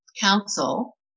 Council